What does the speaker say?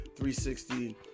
360